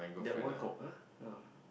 that one got uh !huh!